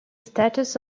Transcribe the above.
status